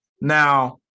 Now